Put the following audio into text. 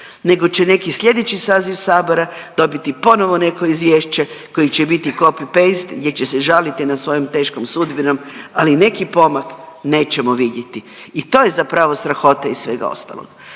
nego će neki sljedeći saziv Sabora dobiti ponovo neko izvješće koji će biti copy/paste gdje će se žaliti nad svojom teškom sudbinom ali neki pomak nećemo vidjeti. I to je zapravo strahota i svega ostalog.